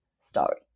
story